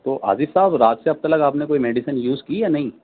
تو عابد صاحب رات سے اب تک آپ نے کوئی میڈیسن یوز کی یا نہیں